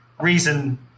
reason